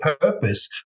purpose